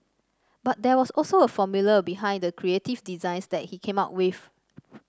but there was also a formula behind the creative designs that he came up with